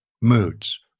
moods